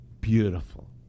beautiful